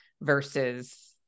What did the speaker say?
versus